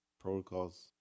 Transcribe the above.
protocols